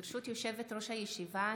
ברשות יושבת-ראש הישיבה,